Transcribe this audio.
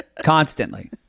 Constantly